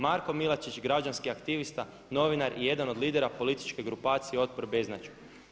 Marko Milačić, građanski aktivista novinar i jedan od lidera političke grupacije otpor beznađu.